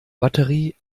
batterie